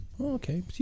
Okay